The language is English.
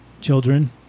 children